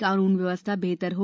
कानुन व्यवस्था बेहतर हो